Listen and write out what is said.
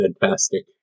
Fantastic